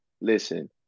Listen